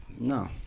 No